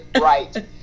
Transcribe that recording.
right